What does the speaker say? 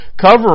cover